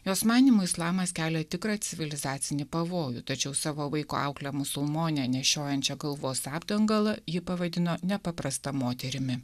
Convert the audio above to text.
jos manymu islamas kelia tikrą civilizacinį pavojų tačiau savo vaiko auklę musulmonę nešiojančią galvos apdangalą ji pavadino nepaprasta moterimi